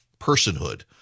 personhood